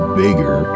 bigger